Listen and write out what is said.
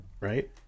Right